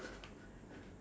lack of what